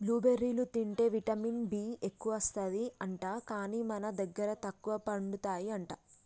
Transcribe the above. blue బెర్రీలు తింటే vitamin B ఎక్కువస్తది అంట, కానీ మన దగ్గర తక్కువ పండుతాయి అంట